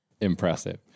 impressive